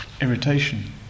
irritation